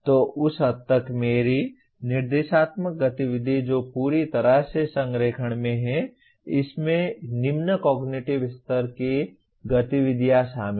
तो उस हद तक मेरी निर्देशात्मक गतिविधि जो पूरी तरह से संरेखण में है इसमें निम्न कॉग्निटिव स्तर की गतिविधियाँ शामिल हैं